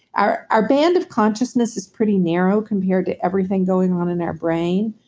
our our band of consciousness is pretty narrow compared to everything going on in our brain.